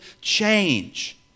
change